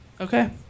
okay